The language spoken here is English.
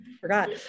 forgot